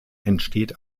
entsteht